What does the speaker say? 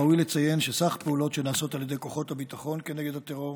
ראוי לציין שכלל הפעולות שנעשות על ידי כוחות הביטחון כנגד הטרור